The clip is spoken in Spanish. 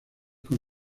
con